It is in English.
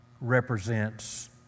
represents